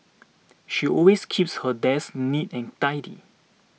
she always keeps her desk neat and tidy